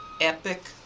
epic